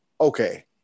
okay